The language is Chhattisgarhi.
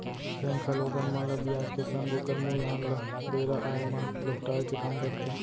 बेंक ह लोगन मन ल बियाज के संग ओकर मूलधन ल बेरा आय म लहुटाय के काम करथे